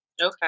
Okay